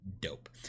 dope